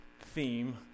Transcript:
theme